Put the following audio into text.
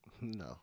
no